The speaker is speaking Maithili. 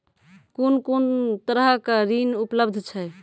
कून कून तरहक ऋण उपलब्ध छै?